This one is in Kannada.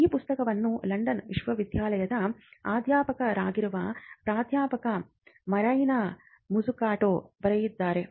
ಈ ಪುಸ್ತಕವನ್ನು ಲಂಡನ್ ವಿಶ್ವವಿದ್ಯಾಲಯದ ಅಧ್ಯಾಪಕರಾಗಿರುವ ಪ್ರಾಧ್ಯಾಪಕ ಮರಿಯಾನಾ ಮಜ್ಜುಕಾಟೊ ಬರೆದಿದ್ದಾರೆ